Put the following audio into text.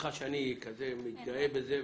סליחה שאני מתגאה בזה,